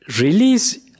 Release